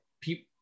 people